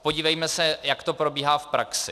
Podívejme se, jak to probíhá v praxi.